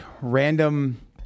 random